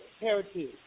heritage